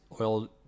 Oil